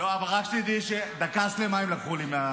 רק שתדעי שדקה שלמה הם לקחו לי.